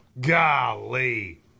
golly